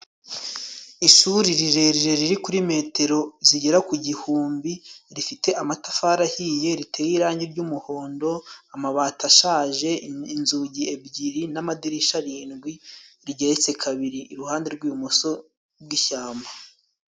Ishuri rirerire riri kuri metero zigera ku gihumbi, rifite amatafari ahiye, riteye irangi ry'umuhondo, amabati ashaje, inzugi ebyiri n'amadirishya arindwi, rigeretse kabiri, iruhande rw'ibumoso bw'ishyamba.